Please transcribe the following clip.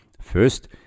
First